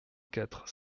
quatre